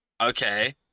okay